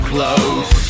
Close